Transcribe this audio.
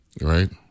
right